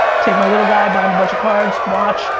take my little guy, buy him a bunch of cards, watch,